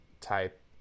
type